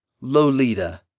Lolita